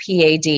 PAD